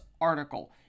article